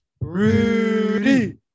Rudy